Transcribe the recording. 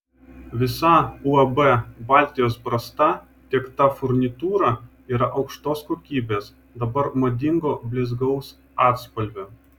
visa uab baltijos brasta tiekta furnitūra yra aukštos kokybės dabar madingo blizgaus atspalvio